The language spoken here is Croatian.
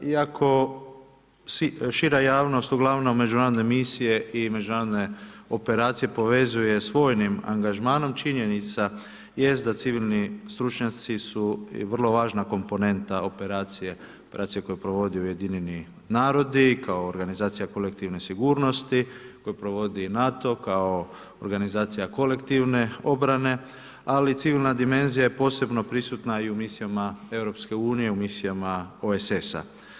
Iako šira javnost uglavnom međunarodne misije i međunarodne operacije povezuje s vojnim angažmanom, činjenica jest da civilni stručnjaci su i vrlo važna komponenta operacije, operacije koje provode Ujedinjeni narodi kao organizacija kolektivne sigurnosti, koje provodi NATO kao organizacija kolektivne obrane, ali civilna dimenzija je posebno prisutna i u misijama Europske unije u misijama OESS-a.